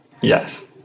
yes